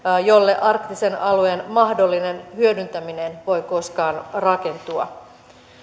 jolle arktisen alueen mahdollinen hyödyntäminen voi koskaan rakentua